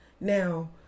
Now